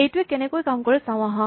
এইটোৱে কেনেকৈ কাম কৰে চাওঁ আহা